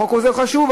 החוק הזה חשוב.